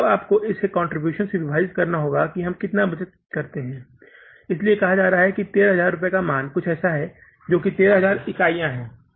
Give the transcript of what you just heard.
और अब आपको इसे कंट्रीब्यूशन से विभाजित करना होगा कि हम कितना बचत कहते हैं इसलिए यह कहा जा रहा है कि 13000 का मान कुछ ऐसा होगा जो कि 13000 इकाई है